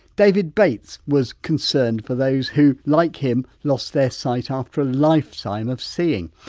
david bates was concerned for those who, like him, lost their sight after a lifetime of seeing.